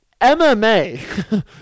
MMA